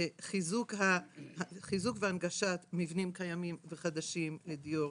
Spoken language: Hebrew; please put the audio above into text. זה חיזוק והנגשת מבנים קיימים וחדשים לדיור,